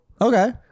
Okay